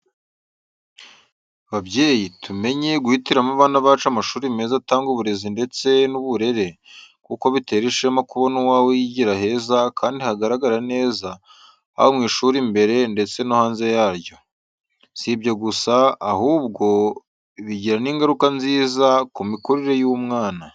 Babyeyi, tumenye guhitiramo abana bacu amashuri meza atanga uburezi ndetse n’uburere, kuko bitera ishema kubona uwawe yigira heza kandi hagaragara neza haba mu ishuri imbere ndetse no hanze yaryo. Si ibyo gusa, ahubwo bigira n’ingaruka nziza ku mikurire y’umwana.